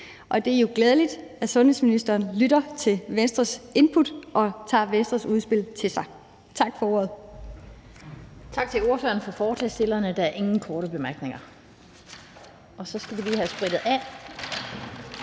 Det er jo glædeligt, at sundhedsministeren lytter til Venstres input og tager Venstres udspil til sig. Tak for ordet.